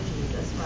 Jesus